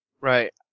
Right